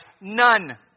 None